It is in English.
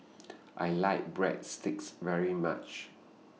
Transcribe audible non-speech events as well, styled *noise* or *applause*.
*noise* I like Breadsticks very much